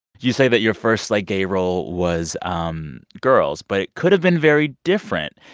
you say that your first, like, gay role was um girls. but it could have been very different,